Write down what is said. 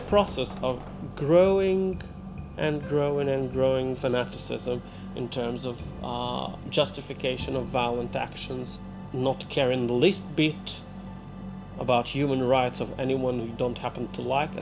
a process of growing and growing and growing fanaticism in terms of the justification of violent actions not to care in the least bit about human rights of anyone you don't happen to like